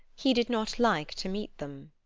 he did not like to meet them.